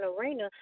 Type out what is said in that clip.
arena